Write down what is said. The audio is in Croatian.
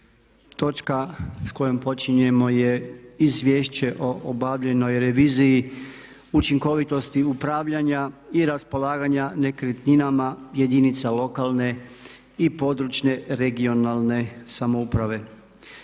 Točka s kojom počinjemo je: - Izvješće o obavljenoj reviziji učinkovitosti upravljanja i raspolaganja nekretninama jedinica lokalne i područne (regionalne) samouprave